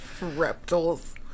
Reptiles